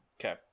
Okay